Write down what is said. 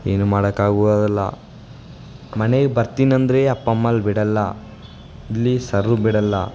ಏನು ಮಾಡೋಕಾಗುವುದಲ್ಲ ಮನೆಗೆ ಬರ್ತೀನಂದರೆ ಅಪ್ಪ ಅಮ್ಮ ಅಲ್ಲಿ ಬಿಡೋಲ್ಲ ಇಲ್ಲಿ ಸರ್ರು ಬಿಡೋಲ್ಲ